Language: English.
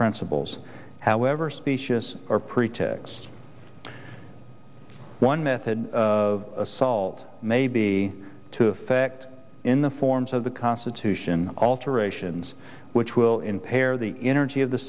principles however specious or pretexts one method of assault may be to effect in the forms of the constitution alterations which will impair the energy of the